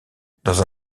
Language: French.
dans